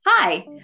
Hi